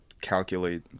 calculate